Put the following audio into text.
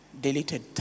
deleted